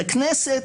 הכנסת.